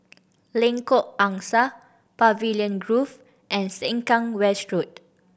Lengkok Angsa Pavilion Grove and Sengkang West Road